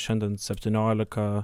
šiandien septyniolika